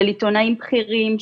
של עיתונאים בכירים,